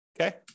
okay